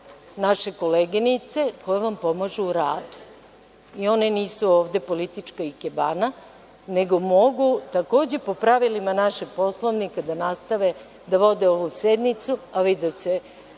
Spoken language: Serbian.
naše koleginice koje vam pomažu u radu. One nisu ovde politička ikebana, nego mogu, takođe po pravilima našeg Poslovnika, da nastave da vode ovu sednicu, a vi da se